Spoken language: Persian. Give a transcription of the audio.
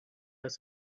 است